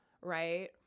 Right